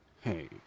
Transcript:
Hey